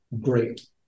great